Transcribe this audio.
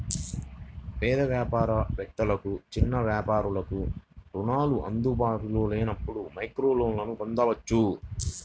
పేద వ్యాపార వేత్తలకు, చిన్న వ్యాపారాలకు రుణాలు అందుబాటులో లేనప్పుడు మైక్రోలోన్లను పొందొచ్చు